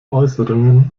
äußerungen